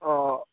অঁ